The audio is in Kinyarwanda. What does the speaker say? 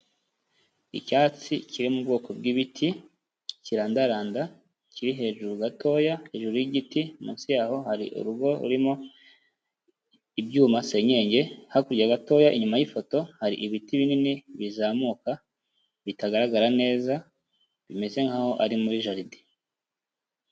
Icyatsi kiri mu bwoko bw'ibiti, kirandaranda, kiri hejuru gatoya, hejuru y'igiti, munsi y'aho hari urugo rurimo ibyuma, senyenge, hakurya gatoya inyuma y'ifoto hari ibiti binini, bizamuka, bitagaragara neza, bimeze nkaho ari muri jaride.